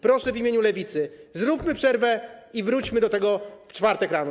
Proszę w imieniu Lewicy: zróbmy przerwę i wróćmy do tego w czwartek rano.